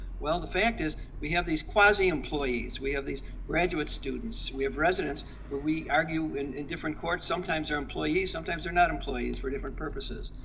well, the fact is we have these quasi employees, we have these graduate students, we have residents where we argue in different courts, sometimes they are employees, sometimes they're not employees for different purposes.